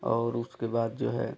और उसके बाद जो है